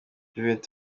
juventus